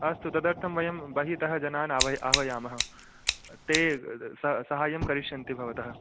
आम् तदर्थं वयं बहितः जनान् आव आह्वयामः ते स् सहायं करिष्यन्ति भवतः